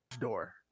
door